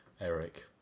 Eric